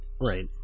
Right